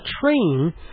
train